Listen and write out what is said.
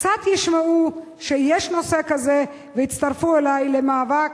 קצת ישמעו שיש נושא כזה ויצטרפו אלי למאבק,